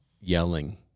yelling